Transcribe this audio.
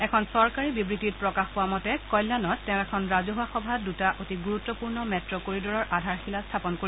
এখন চৰকাৰী বিবৃতিত প্ৰকাশ পোৱা মতে কল্যাণত তেওঁ এখন ৰাজহুৱা সভাত দুটা অতি গুৰুত্পূৰ্ণ মেট কৰিড ৰৰ আধাৰশিলা স্থাপন কৰিব